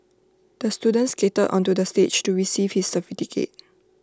the student skated onto the stage to receive his certificate